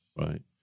right